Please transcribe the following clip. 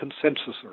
consensus